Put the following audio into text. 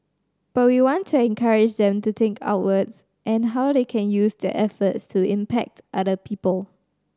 but we want to encourage them to think outwards and how they can use their efforts to impact other people